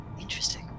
Interesting